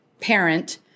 parent